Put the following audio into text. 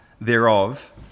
thereof